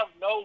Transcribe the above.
no